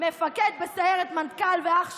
מפקד בסירת מטכ"ל ואח שכול?